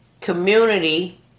community